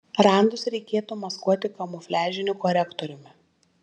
randus reikėtų maskuoti kamufliažiniu korektoriumi